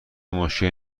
مشکلی